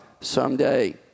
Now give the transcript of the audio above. someday